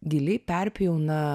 giliai perpjauna